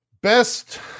Best